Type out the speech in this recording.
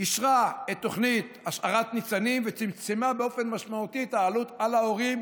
אישרה את השארת תוכנית ניצנים וצמצמה באופן משמעותי את העלות על ההורים,